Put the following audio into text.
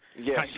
Yes